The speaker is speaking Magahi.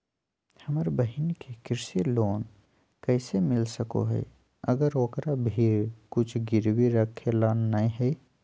हमर बहिन के कृषि लोन कइसे मिल सको हइ, अगर ओकरा भीर कुछ गिरवी रखे ला नै हइ?